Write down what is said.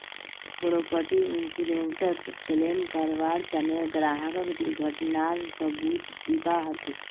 property इन्शुरन्सत claim करबार तने ग्राहकक दुर्घटनार सबूत दीबा ह छेक